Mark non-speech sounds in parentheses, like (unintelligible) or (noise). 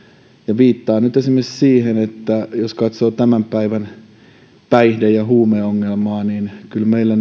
viittaan nyt esimerkiksi siihen että jos katsoo tämän päivän päihde ja huumeongelmaa niin kyllä meillä (unintelligible)